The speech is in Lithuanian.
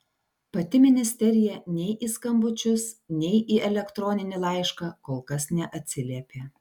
pati ministerija nei į skambučius nei į elektroninį laišką kol kas neatsiliepė